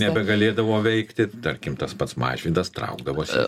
nebegalėdavo veikti tarkim tas pats mažvydas traukdavosi